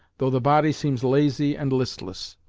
though the body seems lazy and listless.